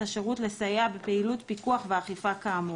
השירות לסייע בפעילות פיקוח ואכיפה כאמור.